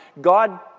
God